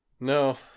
No